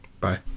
Bye